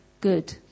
good